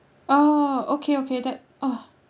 oh okay okay that uh